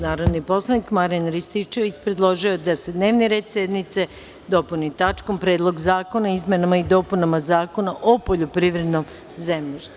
Narodni poslanik Marijan Rističević predložio je da se dnevni red sednice dopuni tačkom – Predlog zakona o izmenama i dopunama Zakona o poljoprivrednom zemljištu.